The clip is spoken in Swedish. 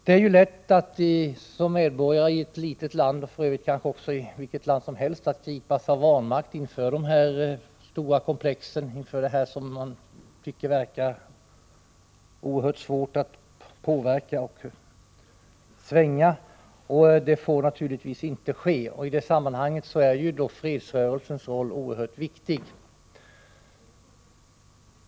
Det är lätt för oss som medborgare i ett litet land, vilket det för övrigt säkert också är för medborgarna i varje annat land, att gripas av vanmakt inför detta stora komplex av frågor och inför en utveckling som vi tycker verkar oerhört svår att påverka och få att vända. Det får naturligtvis inte ske. I det sammanhanget är ju fredsrörelsens roll oerhört viktig.